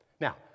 Now